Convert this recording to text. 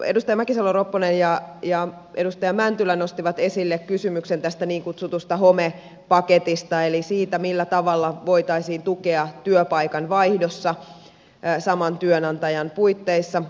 edustaja mäkisalo ropponen ja edustaja mäntylä nostivat esille kysymyksen tästä niin kutsutusta homepaketista eli siitä millä tavalla voitaisiin tukea työpaikan vaihdossa saman työnantajan puitteissa